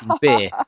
beer